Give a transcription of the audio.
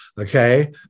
okay